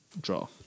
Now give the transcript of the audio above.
draw